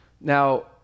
Now